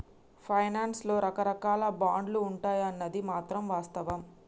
finance లో రకరాకాల బాండ్లు ఉంటాయన్నది మాత్రం వాస్తవం